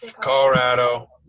colorado